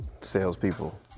salespeople